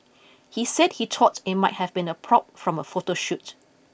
he said he thought it might have been a prop from a photo shoot